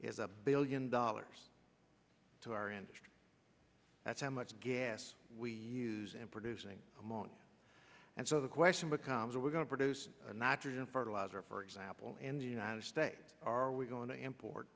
is a billion dollars to our industry that's how much gas we use in producing and so the question becomes are we going to produce nitrogen fertilizer for example in the united states are we going to import